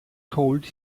cold